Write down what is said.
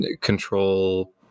control